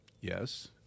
yes